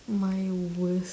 my worst